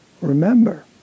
remember